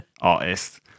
artist